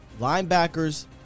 linebackers